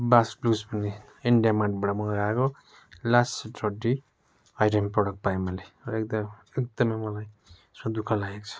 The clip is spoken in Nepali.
बास ब्लुज भन्ने इन्डिया मार्टबाट मगाएको लास्ट रड्डी हाइड एन प्रोडक्ट पाएँ मैले एकदमै एकदमै मलाई दुःख लागेको छ